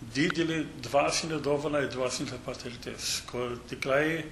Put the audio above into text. didelė dvasinė dovana įdvasinta patirtis kur tikrai